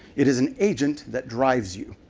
it is an agent that drives you.